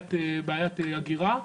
בעיית הגירה.